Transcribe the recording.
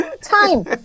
time